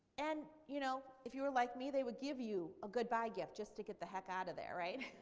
and, you know, if you were like me they would give you a goodbye gift just to get the heck out of there, right?